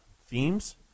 themes